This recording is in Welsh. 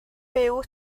byw